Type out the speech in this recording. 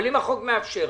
אבל אם החוק מאפשר,